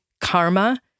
karma